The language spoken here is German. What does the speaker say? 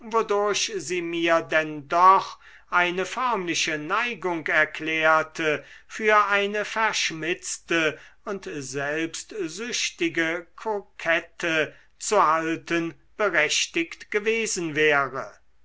mir denn doch eine förmliche neigung erklärte für eine verschmitzte und selbstsüchtige kokette zu halten berechtigt gewesen wäre